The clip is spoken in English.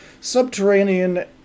subterranean